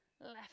left